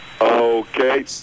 Okay